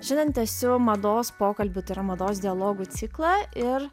žinanti savo mados pokalbių turą mados dialogų ciklą ir